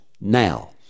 now